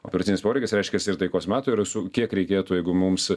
operacinis poreikis reiškias ir taikos metu ir su kiek reikėtų jeigu mums